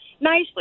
nicely